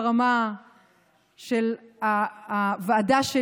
ברמה של הוועדה,